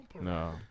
No